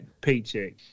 paycheck